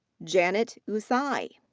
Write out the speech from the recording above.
jannet usai.